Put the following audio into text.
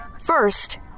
first